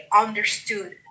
understood